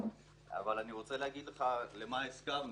אבל אני רוצה להגיד לך למה הסכמנו,